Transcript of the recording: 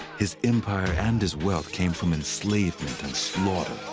his empire and his wealth came from enslavement and slaughter.